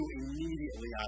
immediately